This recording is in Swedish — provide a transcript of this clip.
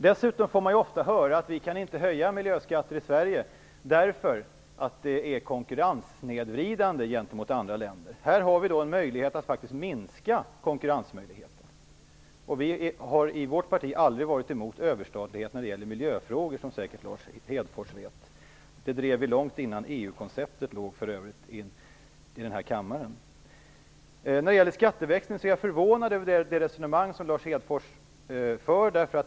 Dessutom får man ofta höra att vi inte kan höja miljöskatter i Sverige därför att det är konkurrenssnedvridande gentemot andra länder. Här har vi en möjlighet att faktiskt minska konkurrenssnedvridningen. Vi har i vårt parti aldrig varit emot överstatlighet i miljöfrågor, det vet säkert Lars Hedfors. Det drev vi i denna kammare långt innan EU-konceptet fanns. När det gäller skatteväxling är jag förvånad över det resonemang Lars Hedförs för.